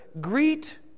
greet